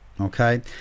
Okay